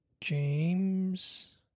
James